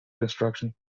construction